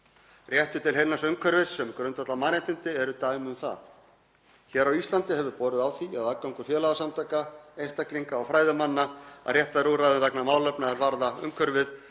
Réttur til heilnæms umhverfis sem grundvallarmannréttindi er dæmi um það. Hér á Íslandi hefur borið á því að aðgangur félagasamtaka, einstaklinga og fræðimanna að réttarúrræðum vegna málefna er varða umhverfið